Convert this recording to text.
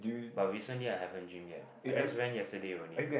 but recently I haven't gym yet I just went yesterday only